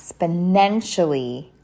exponentially